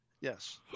Yes